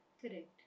Correct